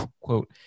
quote